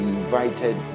invited